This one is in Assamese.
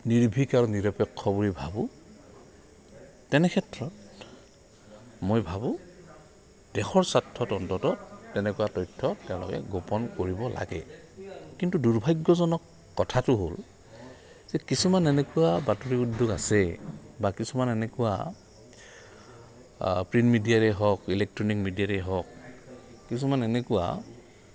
নিৰ্ভিক আৰু নিৰপেক্ষ বুলি ভাবোঁ তেনে ক্ষেত্ৰত মই ভাবোঁ দেশৰ স্বাৰ্থত অন্ততঃ তেনেকুৱা তথ্য তেওঁলোকে গোপন কৰিব লাগে কিন্তু দুৰ্ভাগ্যজনক কথাটো হ'ল যে কিছুমান এনেকুৱা বাতৰি উদ্যোগ আছে বা কিছুমান এনেকুৱা প্ৰিণ্ট মিডিয়াৰেই হওক ইলেক্ট্ৰনিক মিডিয়াৰেই হওক কিছুমান এনেকুৱা